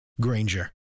Granger